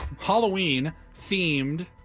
Halloween-themed